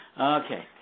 Okay